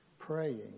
praying